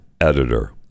editor